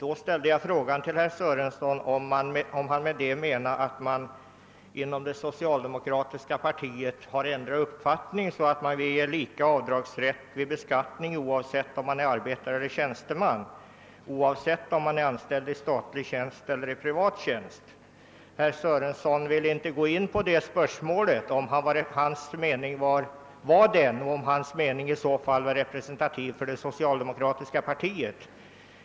Min fråga till herr Sörenson gällde, om han därmed menade att man inom det socialdemokratiska partiet har ändrat uppfattning, så att man vill införa lika avdragsrätt vid beskattningen, oavsett om det gäller arbetare eller tjänstemän och oavsett om det gäller anställda i statlig eller i privat tjänst. Herr Sörenson ville inte närmare ange vad som var hans mening och om denna mening i så fall var representativ för det socialdemokratiska partiet.